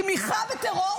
תמיכה בטרור